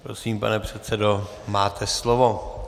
Prosím, pane předsedo, máte slovo.